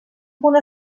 punt